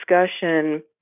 discussion